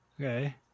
Okay